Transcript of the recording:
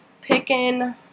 picking